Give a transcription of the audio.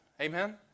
Amen